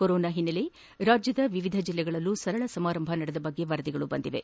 corona ಸೋಂಕಿನ ಹಿನ್ನೆಲೆಯಲ್ಲಿ ರಾಜ್ಯದ ವಿವಿಧ ಜಿಲ್ಲೆಗಳಲ್ಲೂ ಸರಳ ಸಮಾರಂಭಗಳು ನಡೆದ ಬಗ್ಗೆ ವರದಿಗಳು ಬಂದಿವೆ